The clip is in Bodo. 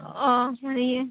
अ हाहैयो